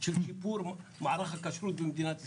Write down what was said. של שיפור מערך הכשרות במדינת ישראל.